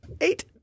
Eight